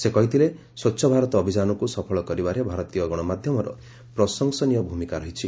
ସେ କହିଥିଲେ ସ୍ୱଚ୍ଚ ଭାରତ ଅଭିଯାନକୁ ସଫଳ କରିବାରେ ଭାରତୀୟ ଗଣମାଧ୍ୟମର ପ୍ରଶଂସନୀୟ ଭୂମିକା ରହିଛି